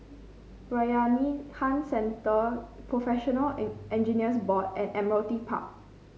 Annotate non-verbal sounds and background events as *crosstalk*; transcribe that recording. Bayanihan Centre Professional *unintelligible* Engineers Board and Admiralty Park